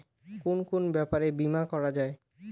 কুন কুন ব্যাপারে বীমা করা যায়?